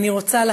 אני רוצה,